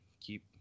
keep